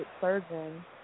surgeon